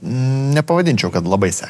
nepavadinčiau kad labai sekasi